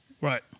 Right